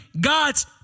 God's